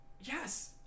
yes